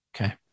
Okay